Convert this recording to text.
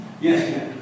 Yes